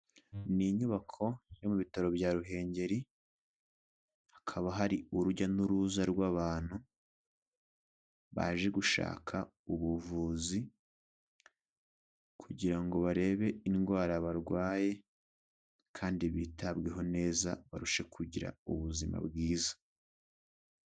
Ni inyubako yo mu bitaro bya Ruhengeli, hakaba hari urujya n'uruza rw'abantu, baje gushaka ubuvuzi, kugira ngo barebe indwara barwaye, kandi bitabweho neza barushe kugira ubuzima bwiza.